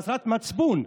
חסרת מצפון,